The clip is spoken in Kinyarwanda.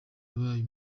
yabaye